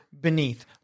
beneath